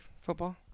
football